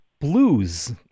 blues